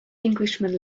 englishman